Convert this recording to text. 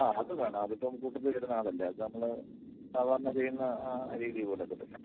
ആ അത് വേണം അതിപ്പം കൂട്ടത്തിൽ വരുന്ന ആളല്ലേ അതു നമ്മൾ സാധാരണ ചെയ്യുന്ന ആ രീതി പോലെയൊക്കെ തന്നെ